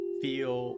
feel